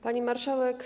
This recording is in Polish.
Pani Marszałek!